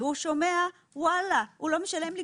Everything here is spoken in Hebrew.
והוא שומע לא משלם לי,